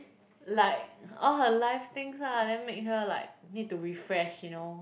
like all her life things ah then make her like need to refresh you know